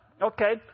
Okay